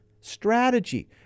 strategy